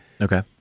Okay